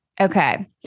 Okay